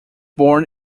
born